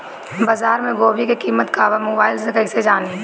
बाजार में गोभी के कीमत का बा मोबाइल से कइसे जानी?